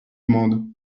demande